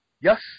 Yes